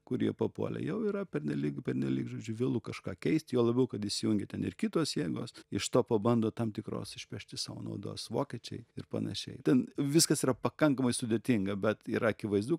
kur jie papuolė jau yra pernelyg pernelyg žodžiu vėlu kažką keisti juo labiau kad įsijungia ten ir kitos jėgos iš to pabando tam tikros išpešti sau naudos vokiečiai ir panašiai ten viskas yra pakankamai sudėtinga bet yra akivaizdu